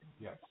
Yes